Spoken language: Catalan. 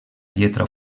lletra